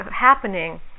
happening